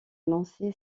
lancer